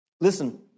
Listen